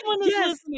yes